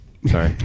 Sorry